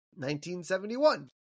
1971